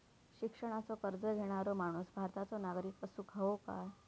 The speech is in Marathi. शिक्षणाचो कर्ज घेणारो माणूस भारताचो नागरिक असूक हवो काय?